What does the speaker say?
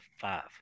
five